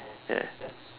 ya